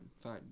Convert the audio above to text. fine